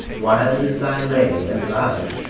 wild is thy lay, and loud,